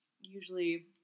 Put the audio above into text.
Usually